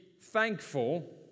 thankful